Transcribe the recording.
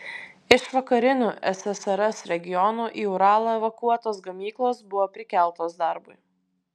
iš vakarinių ssrs regionų į uralą evakuotos gamyklos buvo prikeltos darbui